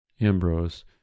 Ambrose